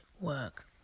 work